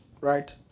right